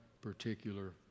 particular